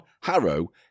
Harrow